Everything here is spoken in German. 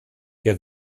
wir